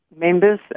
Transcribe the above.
members